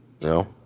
No